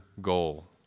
goal